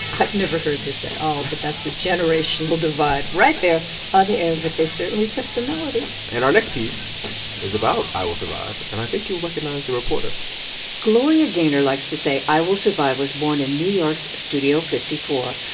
i've never heard this at all. but that's a generational divide right there on the air. but they certainly took the melody and our next piece is about i will survive, and i think you'll recognize the reporter gloria gaynor likes to say i will survive was born in new york's studio fifty four,